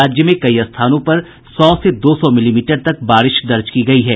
राज्य में कई स्थानों पर सौ से दो सौ मिलीमीटर तक बारिश दर्ज की गयी है